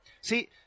See